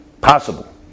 possible